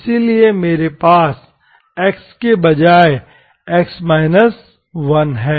इसलिए मेरे पास x के बजाय x 1 है